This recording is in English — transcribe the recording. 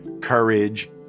Courage